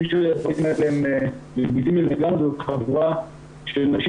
אני חושב שהדברים האלה הם --- זאת חבורה של נשים